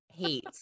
hate